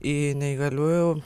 į neįgaliųjų